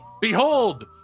BEHOLD